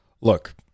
look